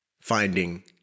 finding